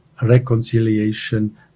Reconciliation